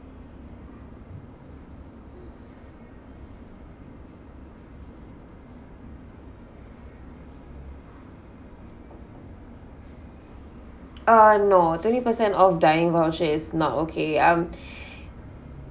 uh no twenty percent of dining voucher is not okay um